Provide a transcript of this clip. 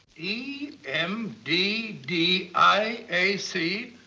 e m d d i a c,